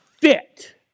fit